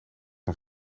een